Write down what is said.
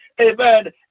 amen